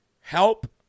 help